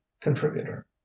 contributor